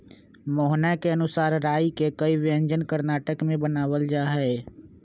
मोहना के अनुसार राई के कई व्यंजन कर्नाटक में बनावल जाहई